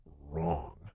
wrong